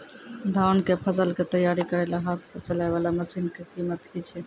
धान कऽ फसल कऽ तैयारी करेला हाथ सऽ चलाय वाला मसीन कऽ कीमत की छै?